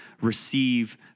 receive